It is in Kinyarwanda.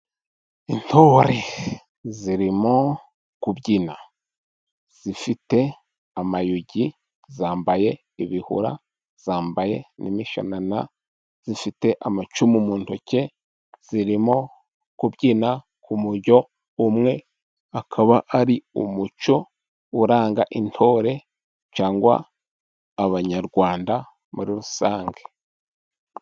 Intore zirimo kubyina zifite amayugi, zambaye ibihura, zambaye n'imishanana zifite amacumu mu ntoke. Zirimo kubyina umujyo umwe, akaba ari umuco uranga intore cyangwa Abanyarwanda muri rusange.